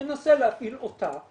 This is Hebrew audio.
מנסה להפעיל אותה,